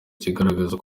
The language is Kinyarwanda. bigaragaza